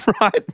right